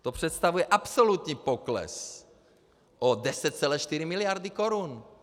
To představuje absolutní pokles o 10,4 mld. korun.